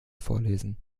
vorlesen